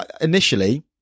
Initially